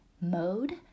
mode